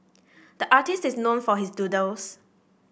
the artist is known for his doodles